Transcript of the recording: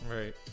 Right